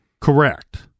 Correct